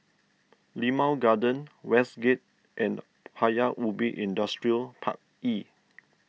Limau Garden Westgate and Paya Ubi Industrial Park E